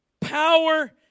power